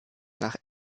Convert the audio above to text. nach